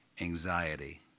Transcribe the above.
anxiety